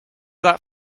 that